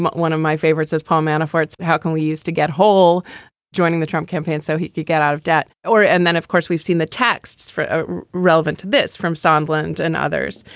but one of my favorites is paul manafort's. how can we use to get whole joining the trump campaign so he could get out of debt or. and then of course we've seen the texts for ah relevant to this from sann blunt and others.